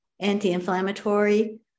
anti-inflammatory